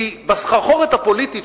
כי בסחרחרת הפוליטית,